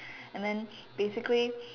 and then basically